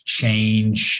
change